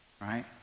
right